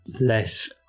less